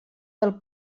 del